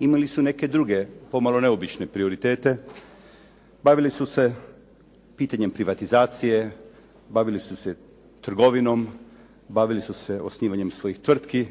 imali su neke druge pomalo neobične prioritete, bavili su se pitanjem privatizacije, bavili su se trgovinom, bavili su se osnivanjem svojih tvrtki